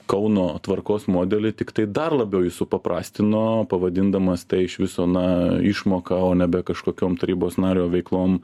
kauno tvarkos modelį tiktai dar labiau jį supaprastino pavadindamas tai iš viso na išmoka o nebe kažkokiom tarybos nario veiklom